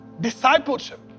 discipleship